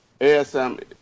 ASM